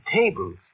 tables